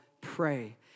pray